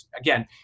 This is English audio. again